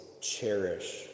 cherish